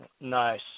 Nice